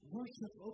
Worship